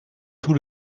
tout